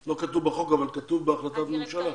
לא כתוב בחוק אבל כתוב בהחלטת ממשלה.